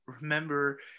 remember